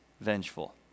vengeful